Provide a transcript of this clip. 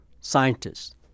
scientists